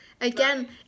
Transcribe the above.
again